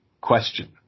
question